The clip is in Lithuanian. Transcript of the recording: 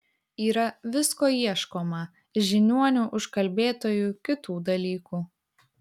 yra visko ieškoma žiniuonių užkalbėtojų kitų dalykų